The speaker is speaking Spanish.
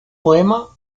poema